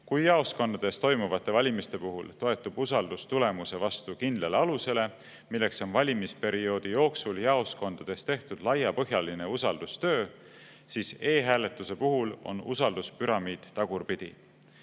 Kui jaoskondades toimuvate valimiste puhul toetub usaldus tulemuse vastu kindlale alusele, milleks on valimisperioodi jooksul jaoskondades tehtud laiapõhjaline usaldustöö, siis e-hääletuse puhul on usalduspüramiid tagurpidi.